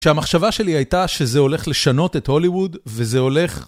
שהמחשבה שלי הייתה שזה הולך לשנות את הוליווד, וזה הולך...